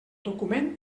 document